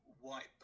wipe